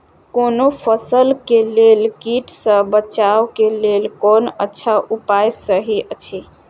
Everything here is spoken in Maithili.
कोनो फसल के लेल कीट सँ बचाव के लेल कोन अच्छा उपाय सहि अछि?